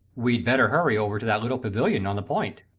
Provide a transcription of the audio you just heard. we'd better hurry over to that little pavillion on the point,